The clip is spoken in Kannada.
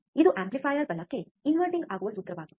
ಇದು ಆಂಪ್ಲಿಫೈಯರ್ ಬಲಕ್ಕೆ ಇನ್ವರ್ಟಿಂಗ್ ಆಗುವ ಸೂತ್ರವಾಗಿತ್ತು